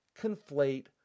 conflate